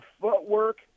footwork